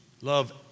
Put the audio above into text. Love